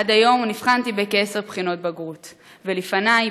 עד היום נבחנתי בכעשר בחינות בגרות ולפני,